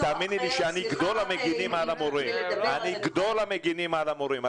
תאמיני לי שאני גדול המגינים על המורים.